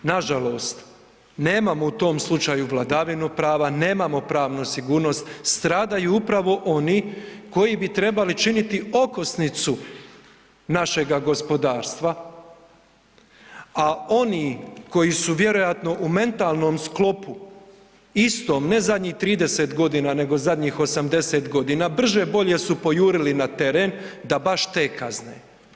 Nažalost, nemamo u tom slučaju vladavinu prava, nemamo pravnu sigurnost stradaju upravo oni koji bi trebali činiti okosnicu našega gospodarstva, a oni koji su vjerojatno u mentalnom sklopu istom, ne zadnjih 30 godina nego zadnjih 80 godina, brže bolje su pojurili na teren da baš te kazne.